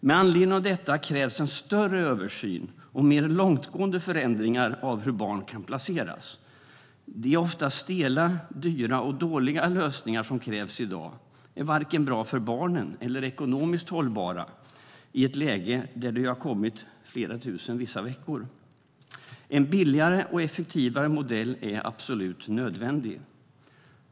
Med anledning av detta krävs en större översyn och mer långtgående förändringar av hur barn kan placeras. De ofta stela, dyra och dåliga lösningar som krävs i dag är varken bra för barnen eller ekonomiskt hållbara i ett läge där det ju har kommit flera tusen vissa veckor. En billigare och effektivare modell är absolut nödvändig.